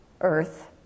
Earth